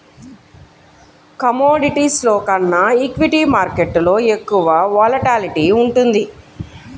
కమోడిటీస్లో కన్నా ఈక్విటీ మార్కెట్టులో ఎక్కువ వోలటాలిటీ ఉంటుంది